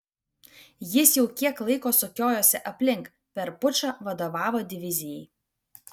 jis jau kiek laiko sukiojosi aplink per pučą vadovavo divizijai